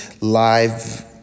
live